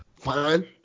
Fine